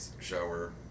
shower